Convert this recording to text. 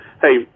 Hey